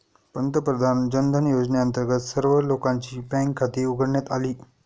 पंतप्रधान जनधन योजनेअंतर्गत सर्व लोकांची बँक खाती उघडण्यात आली